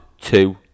two